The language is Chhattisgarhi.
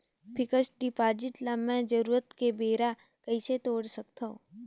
फिक्स्ड डिपॉजिट ल मैं जरूरत के बेरा कइसे तोड़ सकथव?